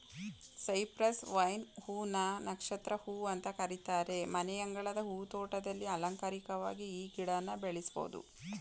Cyprus vine ಹೂ ನ ನಕ್ಷತ್ರ ಹೂ ಅಂತ ಕರೀತಾರೆ ಮನೆಯಂಗಳದ ಹೂ ತೋಟದಲ್ಲಿ ಅಲಂಕಾರಿಕ್ವಾಗಿ ಈ ಗಿಡನ ಬೆಳೆಸ್ಬೋದು